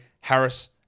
Harris